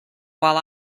while